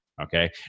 Okay